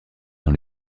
dans